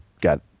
got